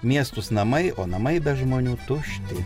miestus namai o namai be žmonių tušti